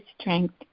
strength